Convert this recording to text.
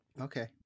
okay